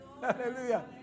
Hallelujah